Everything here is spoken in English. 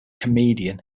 comedian